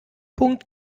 punkt